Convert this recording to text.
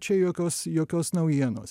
čia jokios jokios naujienos